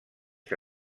que